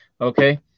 Okay